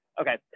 okay